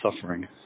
suffering